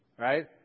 Right